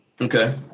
Okay